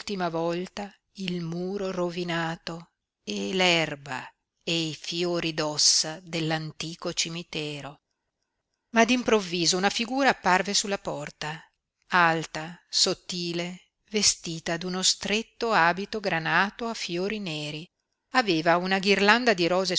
volta il muro rovinato e l'erba e i fiori d'ossa dell'antico cimitero ma d'improvviso una figura apparve sulla porta alta sottile vestita d'uno stretto abito granato a fiori neri aveva una ghirlanda di rose